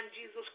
Jesus